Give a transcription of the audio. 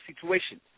situation